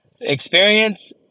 experience